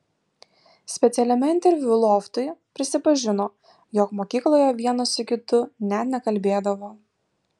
specialiame interviu loftui prisipažino jog mokykloje vienas su kitu net nekalbėdavo